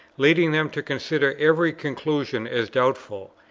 leading them to consider every conclusion as doubtful,